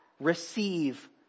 Receive